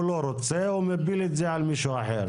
הוא לא רוצה והוא מפיל את זה על מישהו אחר.